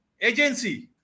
agency